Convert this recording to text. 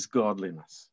godliness